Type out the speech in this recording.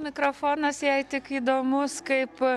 mikrofonas jai tik įdomus kaip